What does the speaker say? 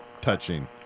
touching